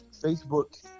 Facebook